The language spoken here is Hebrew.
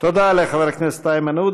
תודה לחבר הכנסת איימן עודה.